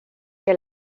que